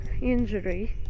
injury